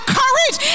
courage